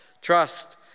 Trust